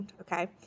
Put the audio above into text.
okay